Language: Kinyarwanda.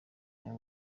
n’uyu